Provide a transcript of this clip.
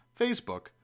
Facebook